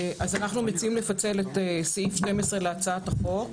אנחנו מציעים לפצל את סעיף 12 להצעת החוק.